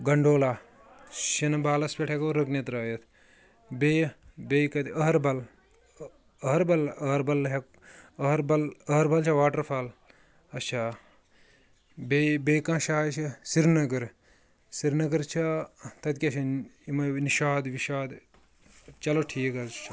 gondola شِنہٕ بالس پٮ۪ٹھ ہیٚکو رٕکنہِ ترٲیِتھ بییٚہِ بییٚہِ کتہِ أہربل أہربل أہربل ہےٚ أہربل أہربل چھا واٹرفال اچھا بییٚہِ بییٚہِ کانٛہہ جاے چھِ سرنگٕر سرنگٕر چھ تتہِ کیاہ چھُ یِمے نشاط وِشاط چلو ٹھیک حظ چھُ